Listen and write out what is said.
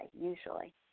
usually